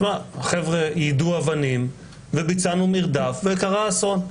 שמע, החבר'ה יידו אבנים וביצענו מרדף וקרה אסון.